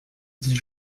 dix